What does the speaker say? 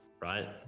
Right